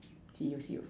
see you see you